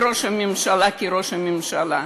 וראש הממשלה כראש ממשלה,